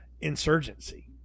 insurgency